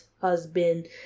husband